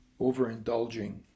overindulging